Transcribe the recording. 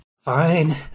fine